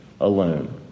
alone